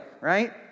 right